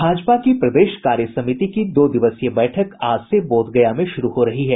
भाजपा की प्रदेश कार्य समिति की दो दिवसीय बैठक आज से बोधगया में शुरू हो रही है